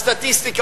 הסטטיסטיקה,